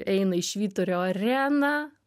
eina į švyturio areną